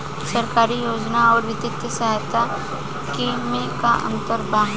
सरकारी योजना आउर वित्तीय सहायता के में का अंतर बा?